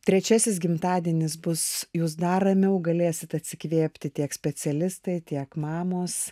trečiasis gimtadienis bus jūs dar ramiau galėsit atsikvėpti tiek specialistai tiek mamos